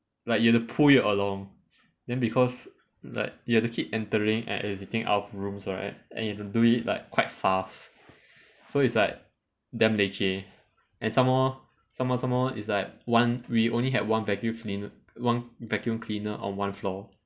like you have to pull it along then because like you have to keep entering and exiting out of rooms right and you have to do it like quite fast so it's like damn leceh and some more some more some more it's like one we only had one vacuum cleaner one vacuum cleaner on one floor